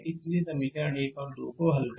इसलिए समीकरण 1 और 2 हल करें